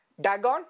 Dagon